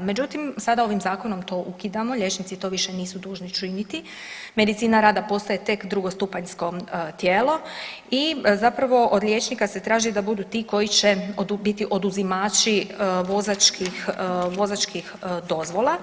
Međutim, sada ovim zakonom to ukidamo, liječnici to više nisu dužni činiti, medicina rada postaje tek drugostupanjsko tijelo i zapravo od liječnika se traži da budu ti koji će biti oduzimači vozačkih, vozačkih dozvola